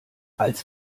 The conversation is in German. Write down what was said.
als